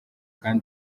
kdi